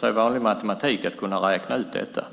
till vanlig matematik att kunna räkna ut det.